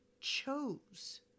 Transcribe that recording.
chose